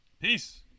Peace